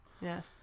yes